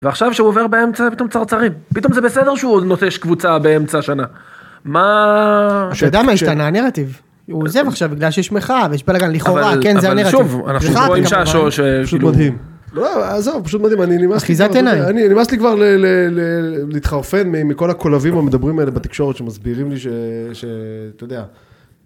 ועכשיו שהוא עובר באמצע פתאום צרצרים, פתאום זה בסדר שהוא עוד נוטש קבוצה באמצע השנה, מה... אתה יודע מה השתנה הנרטיב, הוא עוזב עכשיו בגלל שיש מחאה ויש בלגן לכאורה, כן זה הנרטיב. אבל שוב, אנחנו שוב רואים שעשור שפשוט מדהים. לא, עזוב, פשוט מדהים, אני נמאס... אחיזת עיניים. אני נמאס לי כבר ל...ל...ל... להתחרפן מכל הקולבים המדברים האלה בתקשורת שמסבירים לי ש.. ש..אתה יודע.